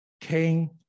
king